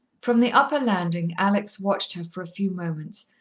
from the upper landing alex watched her for a few moments,